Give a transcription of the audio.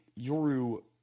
Yoru